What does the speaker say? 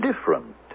different